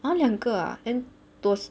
!huh! 两个啊 then 多